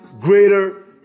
greater